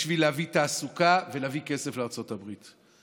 כדי להביא תעסוקה ולהביא כסף לארצות הברית.